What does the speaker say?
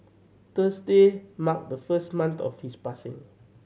Thursday marked the first month of his passing